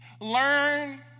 Learn